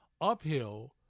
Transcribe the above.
uphill